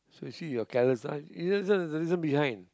so you see you careless ah there's reason behind